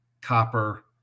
copper